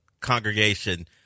congregation